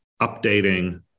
updating